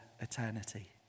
eternity